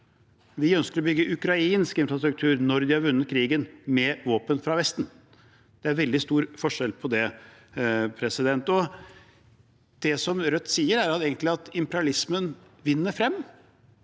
Vi ønsker å bygge ukrainsk infrastruktur når de har vunnet krigen med våpen fra Vesten. Det er veldig stor forskjell på det. Det Rødt sier, er egentlig at imperialismen vinner frem.